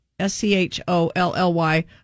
S-C-H-O-L-L-Y